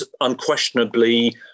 unquestionably